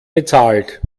bezahlt